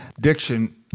Diction